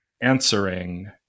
answering